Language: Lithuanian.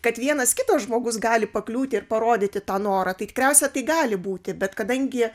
kad vienas kitas žmogus gali pakliūti ir parodyti tą norą tai tikriausiai tai gali būti bet kadangi